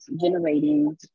generating